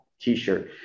T-shirt